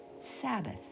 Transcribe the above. Sabbath